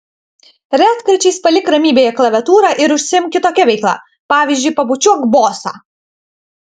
retkarčiais palik ramybėje klaviatūrą ir užsiimk kitokia veikla pavyzdžiui pabučiuok bosą